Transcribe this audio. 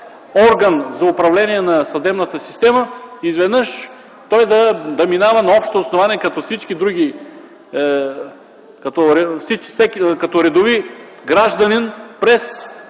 орган за управление на съдебната система, изведнъж той да минава на общо основание като всички други, като редови гражданин през